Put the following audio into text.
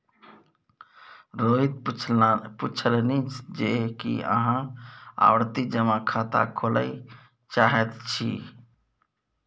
रोहित पुछलनि जे की अहाँ आवर्ती जमा खाता खोलय चाहैत छी